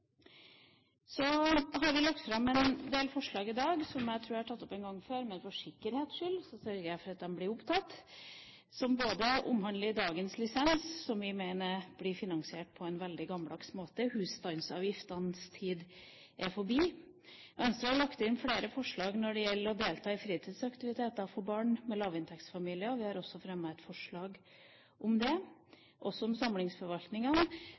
Så har vi lagt fram en del forslag i dag – som jeg tror jeg har tatt opp en gang før, men for sikkerhets skyld sørger jeg for at de blir tatt opp nå: Ett omhandler dagens lisens, da vi mener finansieringen er på en veldig gammeldags måte. Husstandsavgiftenes tid er forbi. Venstre har lagt inn forslag når det gjelder å delta i fritidsaktiviteter for barn fra lavinntektsfamilier. Vi har også fremmet et forslag om